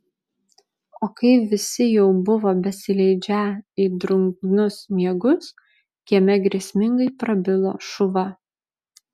o kai visi jau buvo besileidžią į drungnus miegus kieme grėsmingai prabilo šuva